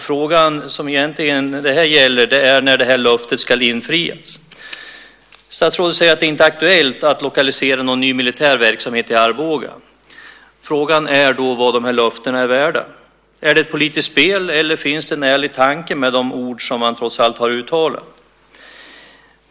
Frågan är när löftet ska infrias. Statsrådet säger att det inte är aktuellt att lokalisera någon ny militär verksamhet till Arboga. Frågan är då vad löftena är värda. Är det ett politiskt spel eller finns det en ärlig tanke med de ord som trots allt har uttalats?